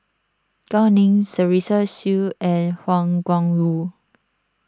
Gao Ning Teresa Hsu and Wang Gungwu